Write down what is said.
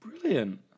Brilliant